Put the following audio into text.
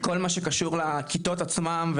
כל מה שקשור לכיתות עצמן,